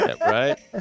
Right